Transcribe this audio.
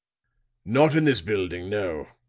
not in this building no.